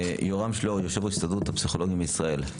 יורם שליאר, יושב ראש הסתדרות הפסיכולוגים בישראל.